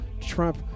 trump